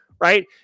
right